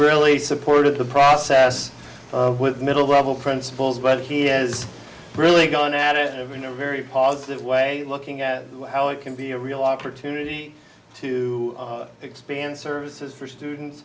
really supported the process with middle level principals but he has really gone at it of in a very positive way looking at how it can be a real opportunity to expand services for students